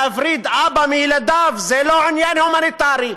להפריד אבא מילדיו, זה לא עניין הומניטרי.